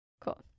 cool